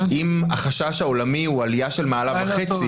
אם החשש העולמי הוא עלייה של מעלה וחצי,